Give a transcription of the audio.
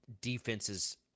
defenses